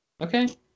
Okay